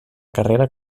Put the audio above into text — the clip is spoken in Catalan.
carrera